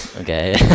okay